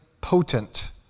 potent